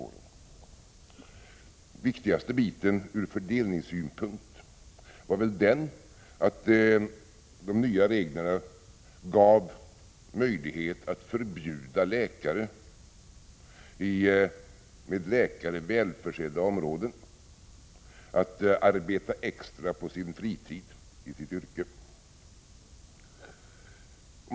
Det viktigaste från fördelningssynpunkt var väl att de nya reglerna gav möjlighet att förbjuda läkare i med läkare välförsedda områden att arbeta extra på sin fritid i sitt yrke.